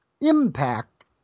impact